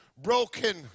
broken